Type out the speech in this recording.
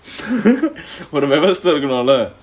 ஒரு வெவஸ்த இருக்கனும்:oru vevastha irukkanum lah